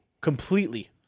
Completely